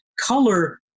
color